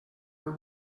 are